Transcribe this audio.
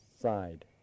side